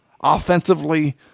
offensively